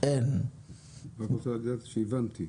אני רק רוצה לדעת שהבנתי,